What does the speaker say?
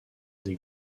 des